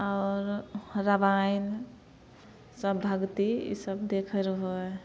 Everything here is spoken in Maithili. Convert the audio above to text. और रमायन सब भक्ति इसब देखै रहै हइ